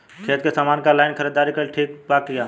खेती के समान के ऑनलाइन खरीदारी कइल ठीक बा का?